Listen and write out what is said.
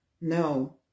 No